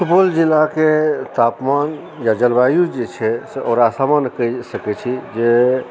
सुपौल जिलाके तापमान या जलवायु जे छै से ओकरा सामान्य कहि सकैत छी जे